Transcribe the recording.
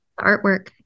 artwork